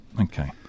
Okay